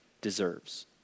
deserves